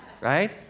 Right